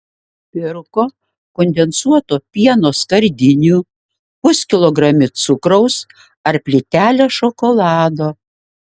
pirko kondensuoto pieno skardinių puskilogramį cukraus ar plytelę šokolado